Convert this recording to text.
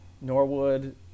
norwood